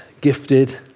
gifted